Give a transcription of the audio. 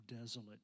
desolate